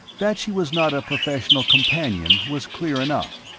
that she was not a professional companion was clear enough.